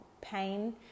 pain